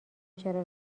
چرا